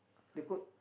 the code